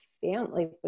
family